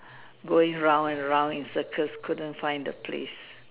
going round and round in circles couldn't find the place